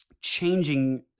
changing